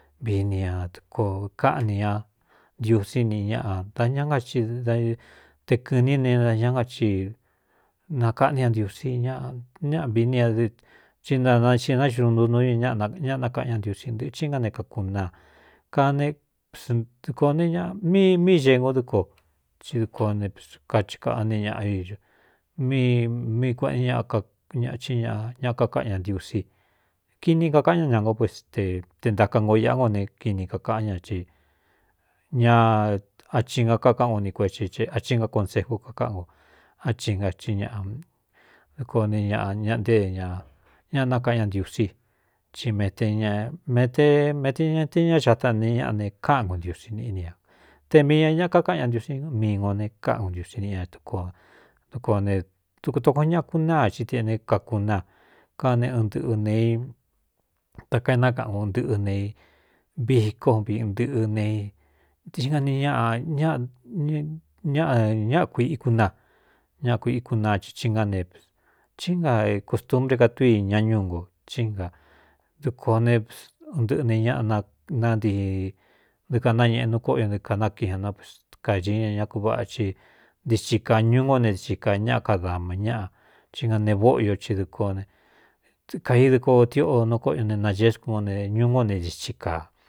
Vii ni ña dɨkoo káꞌni ña ntiusí niꞌi ñaꞌa da ñá na te kɨ̄ɨní ne a ñá na i nakaꞌní a ntiusí ñꞌa ñaꞌa vií ni aɨ ti ntanaxináxuun ntu nú ña ñaꞌa nakaꞌan ñá ntiusi ntɨꞌɨ chí ngá ne kākūnaa ka nesdɨkō ne míi ee ngo dɨ ko i duko neps kaikaꞌa ni ñaꞌaio mmíi kueꞌeno ñ kñaꞌa í ñꞌ ñaꞌa kakáꞌan ña ntiusí kini kakaꞌán ñá ña ngo pues te te ntā kangoo iaꞌá ngo ne kini kakaꞌán ña ña achi na kakaꞌán u ni kuetsi achi nga konseju kakáꞌan ko á chi nai ñdɨkoo ne ññꞌa nté ññaꞌa nakaꞌan ña ntiusí i eemete ña te ña xā taꞌn ne ñaꞌa ne káꞌan kuntiusí niꞌí ni a te mii ña ñaꞌa kakáꞌan ña ntiusí mii ngo ne káꞌan ko ntiusí níꞌi ña dukoo dukuān ne dukutokoo ñaꞌa kunáa ci teꞌne kakunaa kán ne ɨn ntɨꞌɨ ne i ta kaénákaꞌan ko ntɨꞌɨ ne i viko vꞌ ntɨꞌɨ ne i tinga n ñaꞌa ñaꞌa ñaꞌa kuīꞌí kunaa ñaꞌa kuiꞌí kunaa ci ci ngá neps chí nga kostunbre ka túí i ña ñúu nko í na dɨko nés ɨn ntɨꞌɨ ne ñnananiidɨɨ kanáñēꞌe nu kóꞌ io nɨ kanakiꞌna na pkadiña ña kuvaꞌa ci ntithi ka ñuú ngo ne di xi kaa ñáꞌa kadama ñáꞌa cí nga nee vóꞌo yo ci dɨko ne kaidɨko tiꞌo nu kóꞌo o ne nāgescúno ne ñuú ngo ne dithi kāa.